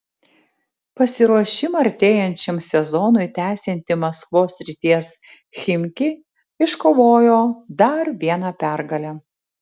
pasiruošimą artėjančiam sezonui tęsianti maskvos srities chimki iškovojo dar vieną pergalę